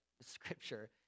scripture